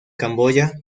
camboya